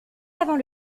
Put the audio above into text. avant